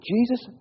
Jesus